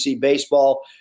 baseball